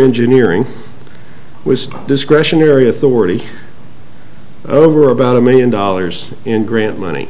engineering was a discretionary authority over about a million dollars in grant money